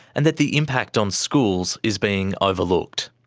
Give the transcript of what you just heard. and that the impact on schools is being overlooked.